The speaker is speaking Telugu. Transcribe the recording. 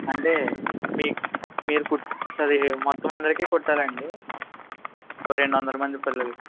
అంటే మీ మీరు అదీ మొత్తం అందరికి కుట్టాలండీ ఒక రెండు వందల మంది పిల్లలకి